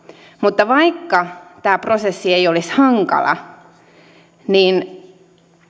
mutta vaikka tämä prosessi ei olisi hankala niin